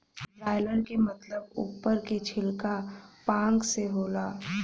broiler क मतलब उप्पर के छिलका पांख से होला